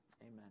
Amen